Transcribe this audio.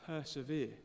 persevere